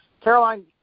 Caroline